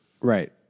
Right